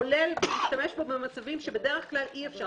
כולל להשתמש בו במצבים שבדרך כלל אי אפשר